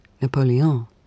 Napoleon